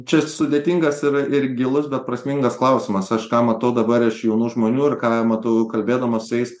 čia sudėtingas ir ir gilus bet prasmingas klausimas aš ką matau dabar iš jaunų žmonių ir ką matau kalbėdamas su jais